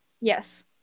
Yes